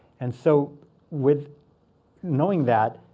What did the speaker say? and so with knowing that,